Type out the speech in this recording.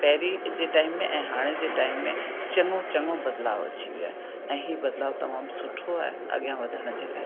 पहिरीं जे टाइम में ऐं हाणे जे टाइम में चङो चङो बदलाव अची वियो आहे ऐं ही बदलाव तमामु सुठो आहे अॻियां वधण जे लाइ